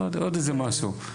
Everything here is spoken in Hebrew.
עוד איזה משהו.